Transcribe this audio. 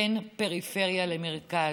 בין פריפריה למרכז.